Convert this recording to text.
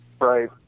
Right